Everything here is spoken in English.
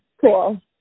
Cool